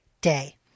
day